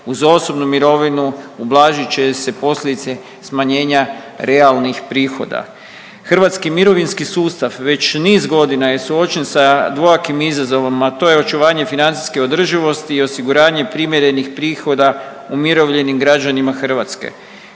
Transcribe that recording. uz osobnu mirovinu ublažit će se posljedice smanjenja realnih prihoda. Hrvatski mirovinski sustav već niz godina je suočen sa dvojakim izazovom, a to je očuvanje financijske održivosti i osiguranje primjerenih prihoda umirovljenim građanima Hrvatske.